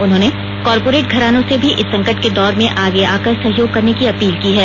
उन्होंने कॉरपोरेट घरानों से भी इस संकट के दौरे में आगे आकर सहयोग करने की अपील की है